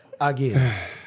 again